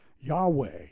Yahweh